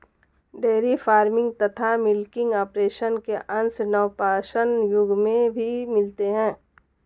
dairy farming तथा milking operation के अंश नवपाषाण युग में भी मिलते हैं